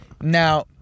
Now